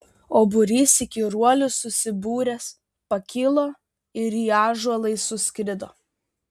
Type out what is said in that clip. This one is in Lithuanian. o būrys įkyruolių susibūręs pakilo ir į ąžuolą suskrido